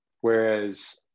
Whereas